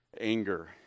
anger